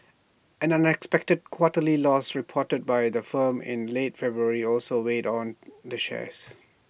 an unexpected quarterly loss reported by the firm in late February also weighed on the shares